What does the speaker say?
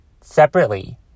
separately